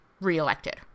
reelected